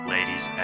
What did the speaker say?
Ladies